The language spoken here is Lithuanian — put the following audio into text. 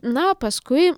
na paskui